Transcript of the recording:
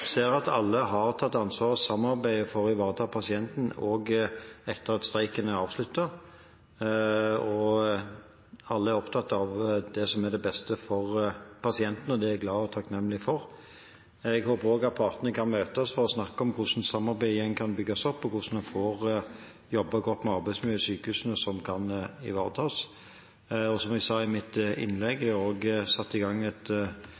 ser at alle har tatt ansvar og samarbeider for å ivareta pasienten etter at streiken er avsluttet, og at alle er opptatt av det som er det beste for pasienten. Det er jeg glad og takknemlig for. Jeg håper også at partene kan møtes for å snakke om hvordan samarbeidet kan bygges opp igjen, og hvordan en får jobbet godt med arbeidsmiljøet ved sykehusene, slik at det kan ivaretas. Som jeg sa i mitt innlegg, er det også satt i gang et